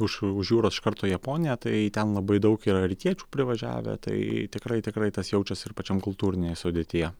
už už jūros iš karto japonija tai ten labai daug yra rytiečių privažiavę tai tikrai tikrai tas jaučias ir pačiam kultūrinėj sudėtyje